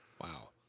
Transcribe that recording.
Wow